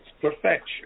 perfection